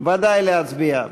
בוודאי להצביע.